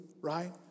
right